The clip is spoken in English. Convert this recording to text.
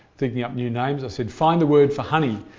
thinking up new names i said find the word for honey,